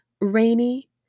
Rainy